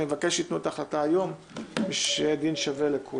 אני מבקש שהם יתנו את החלטה היום ושיהיה דין שווה לכולם.